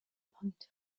point